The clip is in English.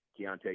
Keontae